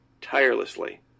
tirelessly